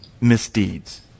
misdeeds